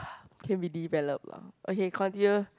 can be developed lah okay continue